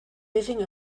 living